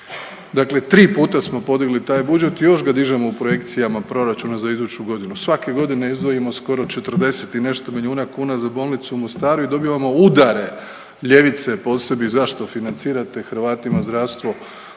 Dakle, tri puta smo podigli taj budžet i još ga dižemo u projekcijama proračuna za iduću godinu. Svake godine izdvojimo skoro 40 i nešto milijuna kuna za bolnicu u Mostaru i dobivamo udare ljevice po sebi zašto financirate Hrvatima zdravstvo